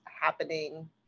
happening